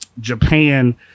Japan